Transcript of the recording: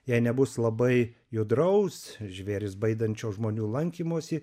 jei nebus labai judraus žvėris baidančio žmonių lankymosi